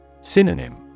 Synonym